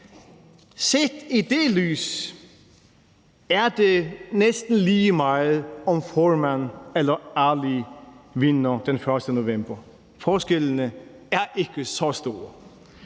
Set i det lys er det næsten lige meget, om Foreman eller Ali vinder den 1. november. Forskellene er ikke så store.